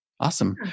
Awesome